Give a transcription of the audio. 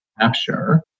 capture